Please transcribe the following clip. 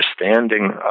understanding